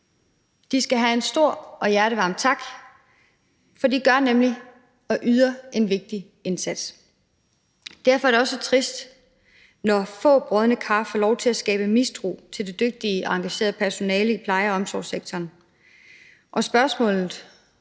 De skal have en stor og hjertevarm tak, for de yder nemlig en vigtig indsats. Derfor er det også trist, når få brodne kar får lov til at skabe mistro til det dygtige og engagerede personale i pleje- og omsorgssektoren. Spørgsmålet